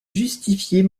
justifier